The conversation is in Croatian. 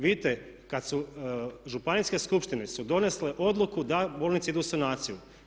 Vidite kada su, županijske skupštine su donijele odluku da bolnice idu u sanaciju.